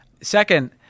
Second